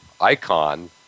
icon